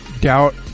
doubt